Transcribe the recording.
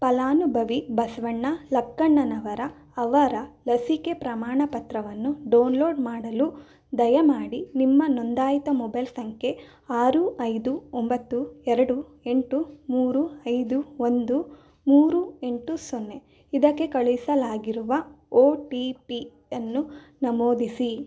ಫಲಾನುಭವಿ ಬಸವಣ್ಣ ಲಕ್ಕಣ್ಣನವರ ಅವರ ಲಸಿಕೆ ಪ್ರಮಾಣಪತ್ರವನ್ನು ಡೋನ್ಲೋಡ್ ಮಾಡಲು ದಯಮಾಡಿ ನಿಮ್ಮ ನೋಂದಾಯಿತ ಮೊಬೈಲ್ ಸಂಖ್ಯೆ ಆರು ಐದು ಒಂಬತ್ತು ಎರಡು ಎಂಟು ಮೂರು ಐದು ಒಂದು ಮೂರು ಎಂಟು ಸೊನ್ನೆ ಇದಕ್ಕೆ ಕಳಿಸಲಾಗಿರುವ ಓ ಟಿ ಪಿಯನ್ನು ನಮೂದಿಸಿ